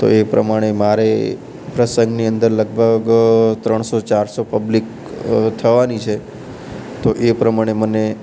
તો એ પ્રમાણે મારે એ પ્રસંગની અંદર લગભગ ત્રણસો ચારસો પબ્લિક થવાની છે તો એ પ્રમાણે મને